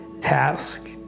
task